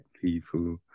people